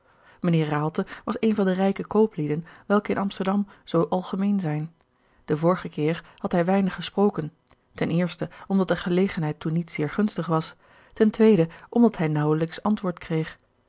raalte was een van de rijke kooplieden welke in amsterdam zoo o algemeen zijn den vorigen keer had hij weinig gesproken omdat de gelegenheid o toen niet zeer gunstig was omdat hij naauwelijks antwoord kreeg